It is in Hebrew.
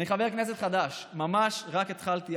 אני חבר כנסת חדש, ממש רק התחלתי.